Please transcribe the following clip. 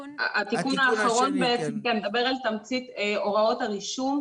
התיקון האחרון בעצם, מדבר על תמצית הוראות הרישום.